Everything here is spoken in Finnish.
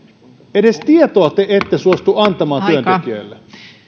edes tietoa te ette suostu antamaan työntekijöille